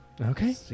Okay